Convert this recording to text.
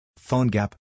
PhoneGap